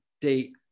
date